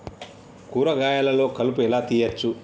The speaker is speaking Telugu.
కూరగాయలలో కలుపు ఎలా తీయచ్చు?